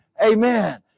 Amen